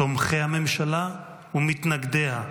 תומכי הממשלה ומתנגדיה,